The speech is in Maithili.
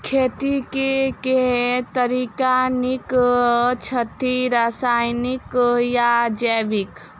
खेती केँ के तरीका नीक छथि, रासायनिक या जैविक?